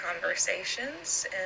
conversations